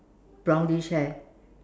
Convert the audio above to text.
brownish hair